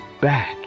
back